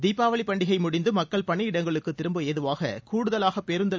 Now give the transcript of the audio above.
தீபாவளி பண்டிகை முடிந்து மக்கள் பணியிடங்களுக்கு திரும்ப ஏதுவாக கூடுதலாக பேருந்துகள்